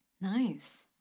Nice